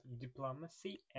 diplomacy